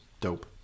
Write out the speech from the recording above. dope